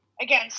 again